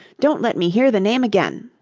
don't let me hear the name again